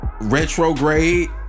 retrograde